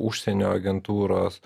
užsienio agentūros